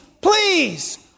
please